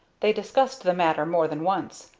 they discussed the matter more than once,